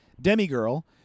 Demi-girl